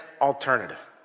alternative